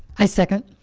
i second